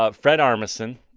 ah fred armisen,